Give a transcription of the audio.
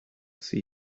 see